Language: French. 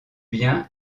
bien